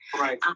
Right